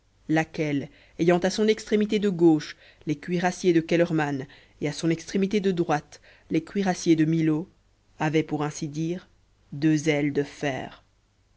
laquelle ayant à son extrémité de gauche les cuirassiers de kellermann et à son extrémité de droite les cuirassiers de milhaud avait pour ainsi dire deux ailes de fer